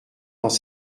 dans